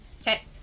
Okay